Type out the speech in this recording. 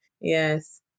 Yes